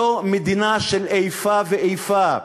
זו מדינה של איפה ואיפה,